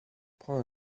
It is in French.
prend